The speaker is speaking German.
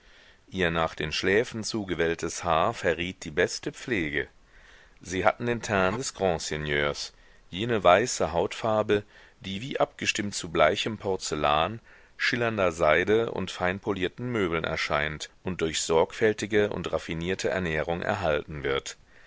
ihr nach den schläfen zu gewelltes haar verriet die beste pflege sie hatten den teint des grandseigneurs jene weiße hautfarbe die wie abgestimmt zu bleichem porzellan schillernder seide und feinpolierten möbeln erscheint und durch sorgfältige und raffinierte ernährung erhalten wird